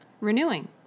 Renewing